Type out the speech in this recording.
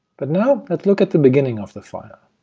but now let's look at the beginning of the file.